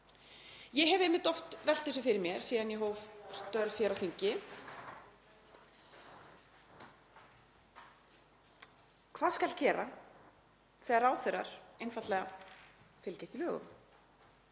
Ég hef einmitt oft velt þessu fyrir mér síðan ég hóf störf hér á þingi: Hvað skal gera þegar ráðherrar einfaldlega fylgja ekki lögum?